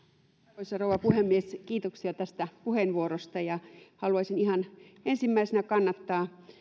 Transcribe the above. arvoisa rouva puhemies kiitoksia tästä puheenvuorosta haluaisin ihan ensimmäisenä kannattaa